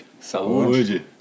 Saúde